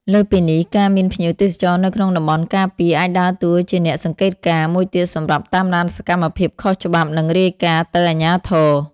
លើសពីនេះ ការមានភ្ញៀវទេសចរនៅក្នុងតំបន់ការពារអាចដើរតួជាអ្នកសង្កេតការ មួយទៀតសម្រាប់តាមដានសកម្មភាពខុសច្បាប់ និងរាយការណ៍ទៅអាជ្ញាធរ។